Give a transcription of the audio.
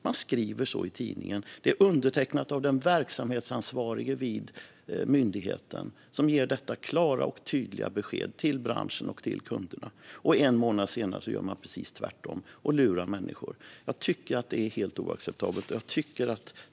Man skriver så i tidningen. Detta klara och tydliga besked till branschen och kunderna är undertecknat av den verksamhetsansvarige vid myndigheten, och en månad senare gör man precis tvärtom och lurar människor. Jag tycker att det är helt oacceptabelt.